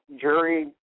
Jury